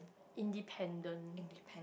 independent